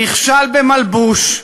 נכשל במלבוש,